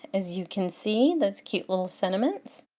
as you can see those cute little sentiments,